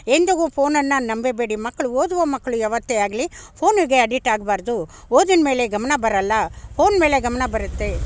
ಎಂದಿಗೂ ಫೋನನ್ನು ನಂಬಬೇಡಿ ಮಕ್ಳು ಓದುವ ಮಕ್ಳು ಯಾವತ್ತೇ ಆಗಲಿ ಫೋನಿಗೆ ಅಡಿಕ್ಟಾಗಬಾರ್ದು ಓದಿನ ಮೇಲೆ ಗಮನ ಬರೋಲ್ಲ ಫೋನ್ ಮೇಲೆ ಗಮನ ಬರುತ್ತೆ